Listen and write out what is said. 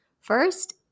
First